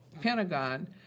Pentagon